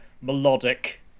melodic